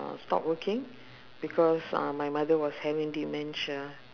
uh stop working because uh my mother was having dementia